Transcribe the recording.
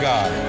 God